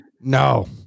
No